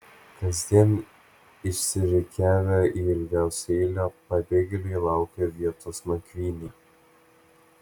kasdien išsirikiavę į ilgiausią eilę pabėgėliai laukia vietos nakvynei